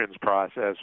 process